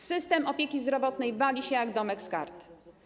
System opieki zdrowotnej wali się jak domek z kart.